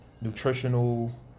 nutritional